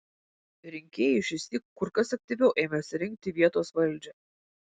rinkėjai šįsyk kur kas aktyviau ėmėsi rinkti vietos valdžią